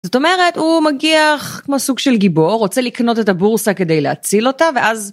זאת אומרת, הוא מגיח כמו סוג של גיבור, רוצה לקנות את הבורסה כדי להציל אותה, ואז...